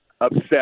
upset